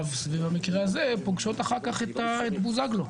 סביב המקרה הזה פוגשות אחר כך את בוזגלו.